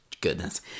goodness